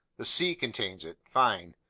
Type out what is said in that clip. the sea contains it. fine.